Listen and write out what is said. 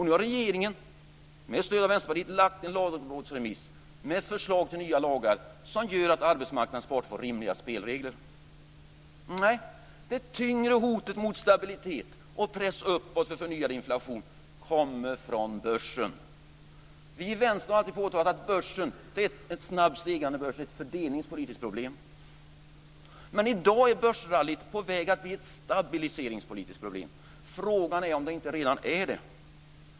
Nu har också regeringen med stöd av Vänsterpartiet lagt fram en lagrådsremiss med förslag till nya lagar som gör att arbetsmarknadens parter får rimliga spelregler. Det tyngre hotet mot stabilitet med en press uppåt för förnyad inflation kommer från börsen. Vi i Vänstern har alltid påstått att en snabbt stigande börs är ett fördelningspolitiskt problem. Men i dag är börsrallyt på väg att bli ett stabiliseringspolitiskt problem. Frågan är om det inte redan är det.